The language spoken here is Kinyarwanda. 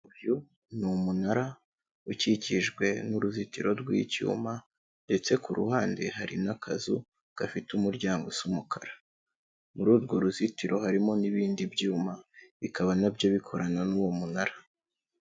Uyu ni umunara ukikijwe n'uruzitiro rw'icyuma ndetse ku ruhande hari n'akazu gafite umuryango usa umukara, muri urwo ruzitiro harimo n'ibindi byuma bikaba na byo bikorana n'uwo munara.